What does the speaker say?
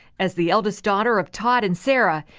as the eldest daughter of todd and sarah,